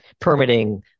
permitting